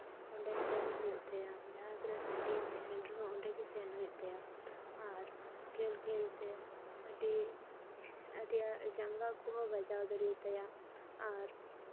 ᱚᱸᱰᱮ ᱥᱮᱱ ᱦᱩᱭᱩᱜ ᱛᱟᱭᱟ ᱡᱟᱦᱟᱸ ᱛᱤᱱᱟᱹᱜ ᱥᱟᱺᱜᱤᱧ ᱛᱟᱦᱮᱱ ᱨᱮᱦᱚᱸ ᱚᱸᱰᱮ ᱜᱮ ᱥᱮᱱ ᱦᱩᱭᱩᱜ ᱛᱟᱭᱟ ᱟᱨ ᱠᱷᱮᱞ ᱠᱷᱮᱞᱛᱮ ᱟᱹᱰᱤ ᱟᱹᱰᱤ ᱡᱟᱸᱜᱟ ᱠᱚᱦᱚᱸ ᱵᱟᱡᱟᱣ ᱫᱟᱲᱮᱣᱟᱛᱟᱭᱟ ᱟᱨ